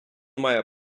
має